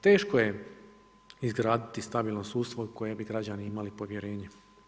Teško je izgraditi stabilno sudstvo u koje bi građani imali povjerenje.